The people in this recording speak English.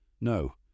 No